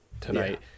tonight